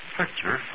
picture